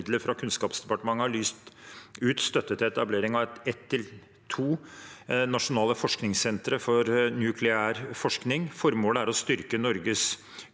fra Kunnskapsdepartementet, har lyst ut støtte til etablering av ett til to nasjonale forskningssentre for nukleær forskning. Formålet er å styrke Norges